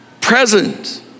Present